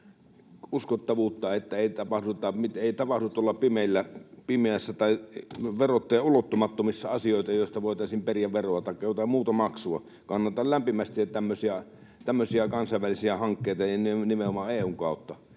uskottavuutta, että ei tapahdu tuolla pimeässä tai verottajan ulottumattomissa asioita, joista voitaisiin periä veroja taikka jotain muuta maksua. Kannatan lämpimästi tämmöisiä kansainvälisiä hankkeita nimenomaan EU:n kautta,